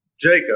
Jacob